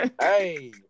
Hey